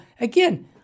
again